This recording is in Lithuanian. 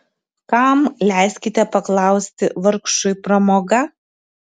kam leiskite paklausti vargšui pramoga